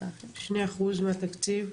2% מהתקציב.